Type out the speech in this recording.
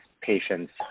patients